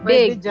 Big